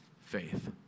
faith